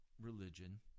religion